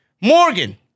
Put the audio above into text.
Morgan